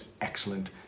excellent